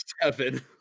seven